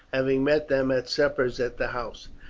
having met them at suppers at the house.